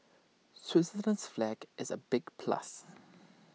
Switzerland's flag is A big plus